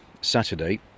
Saturday